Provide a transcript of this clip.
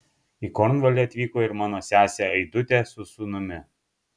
į kornvalį atvyko ir mano sesė aidutė su sūnumi